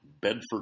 Bedford